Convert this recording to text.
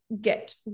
get